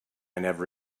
never